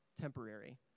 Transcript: temporary